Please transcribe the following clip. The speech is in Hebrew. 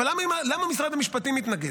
אבל למה משרד המשפטים התנגד?